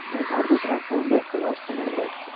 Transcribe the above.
అక్కడికొచ్చి నాకు ఫోన్ చేస్తే నేను వస్తాను మేడం బయటికి